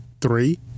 three